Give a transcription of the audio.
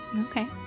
Okay